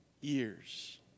years